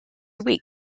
week